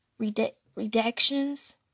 redactions